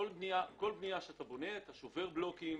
בכל בנייה אתה שובר בלוקים.